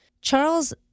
Charles